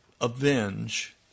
avenge